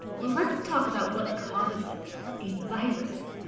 well let's talk about what causes it a virus.